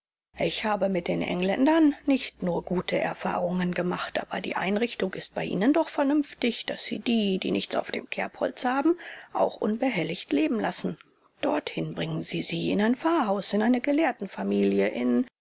ich habe mit den engländern nicht nur gute erfahrungen gemacht aber die einrichtung ist bei ihnen doch vernünftig daß sie die die nichts auf dem kerbholz haben auch unbehelligt leben lassen dorthin bringen sie sie in ein pfarrhaus in eine gelehrtenfamilie in